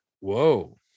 whoa